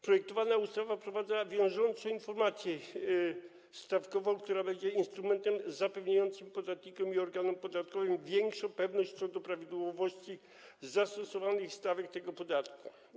Projektowana ustawa wprowadza wiążącą informację stawkową, która będzie instrumentem zapewniającym podatnikom i organom podatkowym większą pewność co do prawidłowości zastosowanych stawek tego podatku.